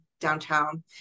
downtown